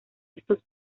estos